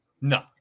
no